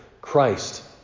Christ